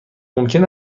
ممکن